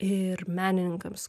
ir menininkams